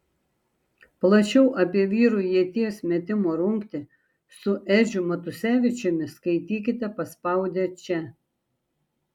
plačiau apie vyrų ieties metimo rungtį su edžiu matusevičiumi skaitykite paspaudę čia